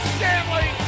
Stanley